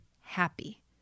happy